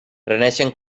reneixen